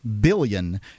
billion